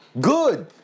Good